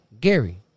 Gary